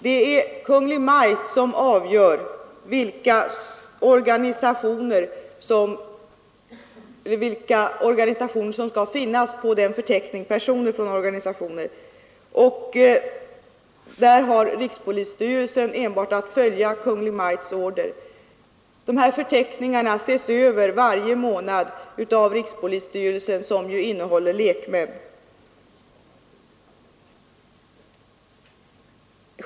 Det är Kungl. Maj:t som avgör vilka organisationers medlemmar som får förtecknas. Därvidlag har rikspolisstyrelsen enbart att följa Kungl. Maj:ts anvisningar. Förteckningarna ses över varje månad av rikspolisstyrelsen, i vilken det sitter lekmän.